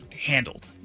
handled